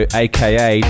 aka